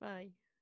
Bye